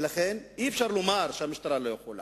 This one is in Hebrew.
ולכן, אי-אפשר לומר שהמשטרה לא יכולה.